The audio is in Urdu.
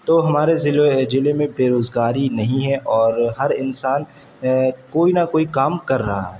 تو ہمارے ضلع ضلعے میں بے روزگاری نہیں ہے اور ہر انسان کوئی نہ کوئی کام کر رہا ہے